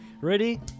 ready